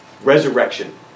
Resurrection